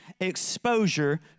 exposure